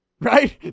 right